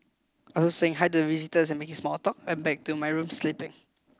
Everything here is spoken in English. after saying hi to visitors and making small talk I'm back to my room sleeping